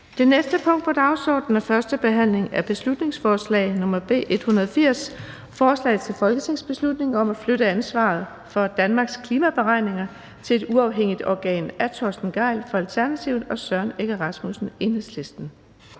Det næste punkt på dagsordenen er: 4) 1. behandling af beslutningsforslag nr. B 180: Forslag til folketingsbeslutning om at flytte ansvaret for Danmarks klimaberegninger til et uafhængigt organ. Af Torsten Gejl (ALT) og Søren Egge Rasmussen (EL) m.fl.